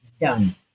done